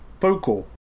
vocal